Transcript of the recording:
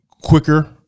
quicker